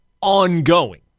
ongoing